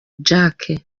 jacques